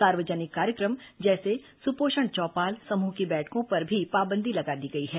सार्यजनिक कार्यक्रम जैसे सुपोषण चौपाल समूह की बैठकों पर भी पाबंदी लगा दी गई है